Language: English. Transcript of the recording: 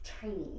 Chinese